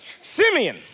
Simeon